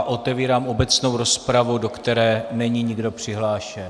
Otevírám obecnou rozpravu, do které není nikdo přihlášen.